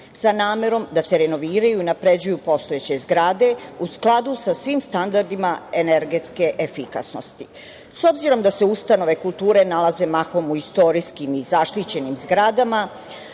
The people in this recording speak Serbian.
sa namerom da se renoviraju i unapređuju postojeće zgrade u skladu sa svim standardima energetske efikasnosti. S obzirom da se ustanove kulture nalaze mahom u istorijskim i zaštićenim zgradama,